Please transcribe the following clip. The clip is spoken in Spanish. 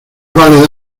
vale